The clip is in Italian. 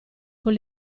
con